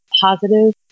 positive